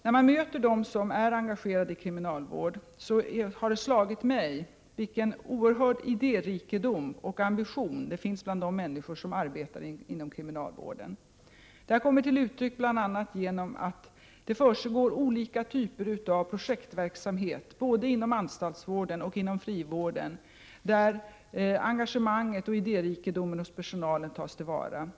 När jag träffar de människor som är engagerade i kriminalvården har det slagit mig vilken oerhörd idérikedom och ambition det finns bland dem. Detta kommer till uttryck bl.a. i att det försiggår olika typer av projektverksamhet, både inom anstaltsvården och inom frivården, där engagemanget och idérikedomen hos personalen tas till vara.